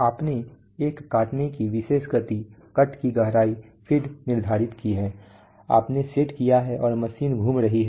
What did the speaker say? आपने एक काटने की विशेष गति कट की गहराई फ़ीड निर्धारित की है आपने सेट किया है और मशीन घूम रही है